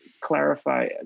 clarify